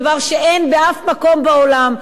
דבר שאין באף מקום בעולם.